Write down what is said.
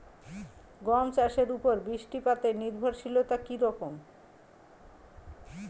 গম চাষের উপর বৃষ্টিপাতে নির্ভরশীলতা কী রকম?